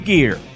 Gear